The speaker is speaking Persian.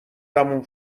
تموم